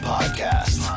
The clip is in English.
Podcast